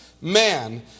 man